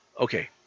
Okay